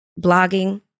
Blogging